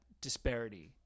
disparity